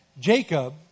Jacob